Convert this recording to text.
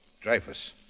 Dreyfus